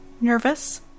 Nervous